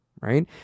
Right